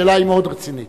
השאלה היא מאוד רצינית.